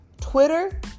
Twitter